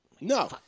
No